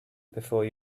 before